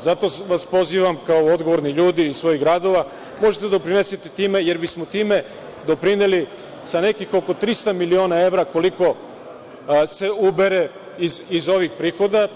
Zato vas pozivam, kao odgovorni ljudi iz svojih gradova, možete da doprinesete time jer bismo time doprineli sa nekih 300 miliona evra koliko se ubere iz ovih prihoda,